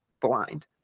blind